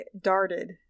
Darted